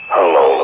Hello